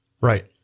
Right